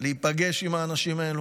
להיפגש עם האנשים האלה,